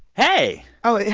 hey oh,